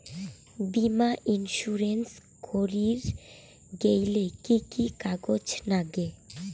বীমা ইন্সুরেন্স করির গেইলে কি কি কাগজ নাগে?